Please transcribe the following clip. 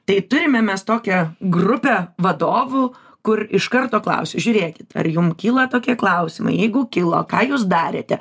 tai turime mes tokią grupę vadovų kur iš karto klausiu žiūrėkit ar jum kyla tokie klausimai jeigu kilo ką jūs darėte